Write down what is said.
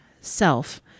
self